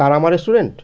তারা মা রেস্টুরেন্ট